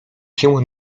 się